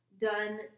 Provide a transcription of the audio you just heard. done